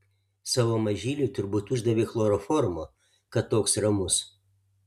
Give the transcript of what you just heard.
savo mažyliui turbūt uždavei chloroformo kad toks ramus